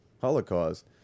Holocaust